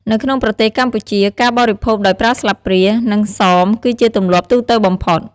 នៅក្នុងប្រទេសកម្ពុជា ការបរិភោគដោយប្រើស្លាបព្រា និងសមគឺជាទម្លាប់ទូទៅបំផុត។